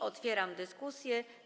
Otwieram dyskusję.